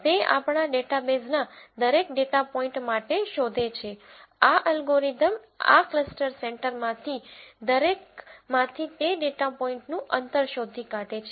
તે આપણા ડેટાબેઝના દરેક ડેટા પોઇન્ટ માટે શોધે છે આ અલ્ગોરિધમ આ ક્લસ્ટર સેન્ટરમાંથી દરેકમાંથી તે ડેટા પોઇન્ટનું અંતર શોધી કાઢે છે